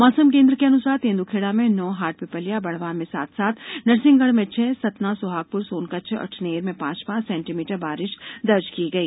मौसम केंद्र के अनुसार तेंद्रखेड़ा में नौ हाट पिपल्या बड़वाह में सात सात नरसिंहगढ़ में छह सतना सोहागपूर सोनकच्छ में अठनेर में पांच पांच सेंटीमीटर बारिष दर्ज की गई